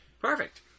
Perfect